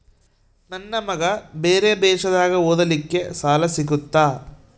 ನನ್ನ ಮಗ ಬೇರೆ ದೇಶದಾಗ ಓದಲಿಕ್ಕೆ ಸಾಲ ಸಿಗುತ್ತಾ?